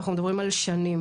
אנחנו מדברים על שנים.